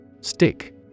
Stick